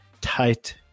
tight